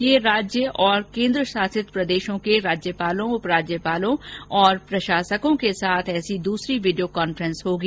यह राज्य और केन्द्रशासित प्रदेशों के राज्यपालों उप राज्यपालों तथा प्रशासकों के साथ ऐसी दूसरी वीडियो कांफ्रेस होगी